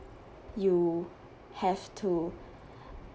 you have to